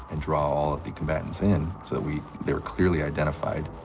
and draw all of the combatants in, so that we they were clearly identified,